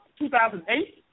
2008